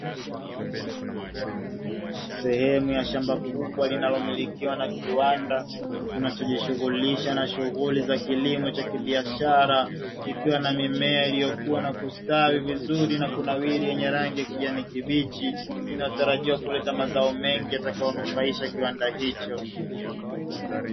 Sehemu ya shamba kubwa linalomilikiwa na kiwanda kinachojishughulisha na shughuli za kilimo cha kibiashara. Ikiwa na mimea iliyokuwa na kustawi vizuri na kunawiri, yenye rangi ya kijani kibichi inayotarajiwa kuleta mazao mengi yatakayonufaisha kiwanda hicho.